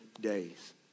days